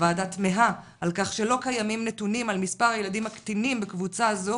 הוועדה תמהה על כך שלא קיימים נתונים על מס' הילדים הקטינים בקבוצה זו